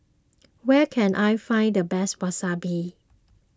where can I find the best Wasabi